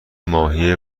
ماهی